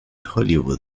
hollywood